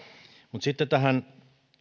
mutta sitten tähän